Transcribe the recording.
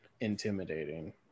intimidating